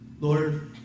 Lord